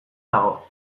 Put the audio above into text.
dago